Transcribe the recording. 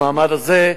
במעמד הזה,